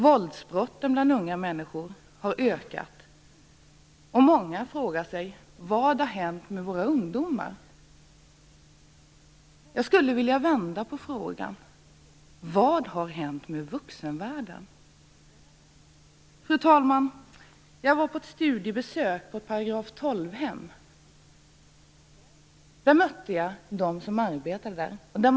Våldsbrotten bland unga människor har ökat, och många frågar sig vad som har hänt med våra ungdomar. Jag skulle vilja vända på frågan. Vad har hänt med vuxenvärlden? Fru talman! Jag var på ett studiebesök på ett § 12 hem. Där mötte jag dem som arbetade där.